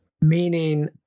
meaning